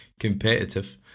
competitive